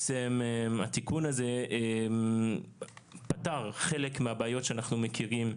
התיקון הזה פתר חלק מהבעיות שאנחנו מכירים,